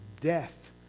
death